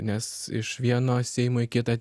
nes iš vieno seimo į kitą